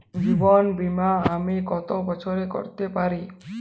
জীবন বীমা আমি কতো বছরের করতে পারি?